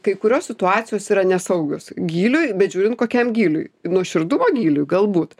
kai kurios situacijos yra nesaugios gyliui bet žiūrint kokiam gyliui nuoširdumo gyliui galbūt